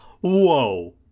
Whoa